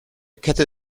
kette